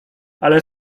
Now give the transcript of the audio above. ale